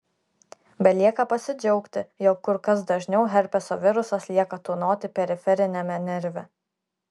belieka pasidžiaugti jog kur kas dažniau herpeso virusas lieka tūnoti periferiniame nerve